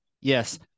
Yes